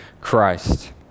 Christ